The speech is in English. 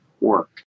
work